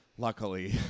luckily